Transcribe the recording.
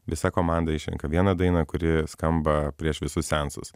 visa komanda išrenka vieną dainą kuri skamba prieš visus seansus